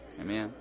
Amen